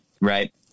right